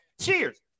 cheers